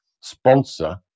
sponsor